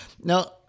Now